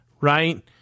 right